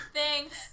Thanks